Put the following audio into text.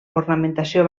ornamentació